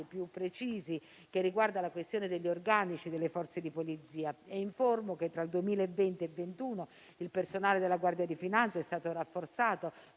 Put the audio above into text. più precisi che riguardano la questione degli organici delle Forze di polizia. Informo che tra il 2020 e il 2021 il personale della Guardia di finanza è stato rafforzato